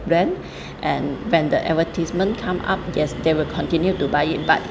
brand and when the advertisement come up yes they will continue to buy it but